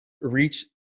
reach